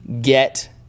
get